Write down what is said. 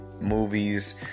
movies